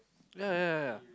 ya ya ya